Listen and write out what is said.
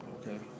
Okay